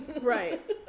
Right